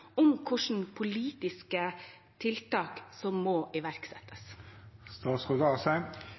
om hvilke politiske tiltak som må